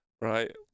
right